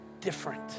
different